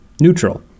neutral